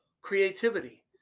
creativity